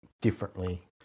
differently